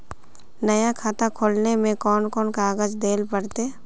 नया खाता खोले में कौन कौन कागज देल पड़ते?